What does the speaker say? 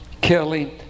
killing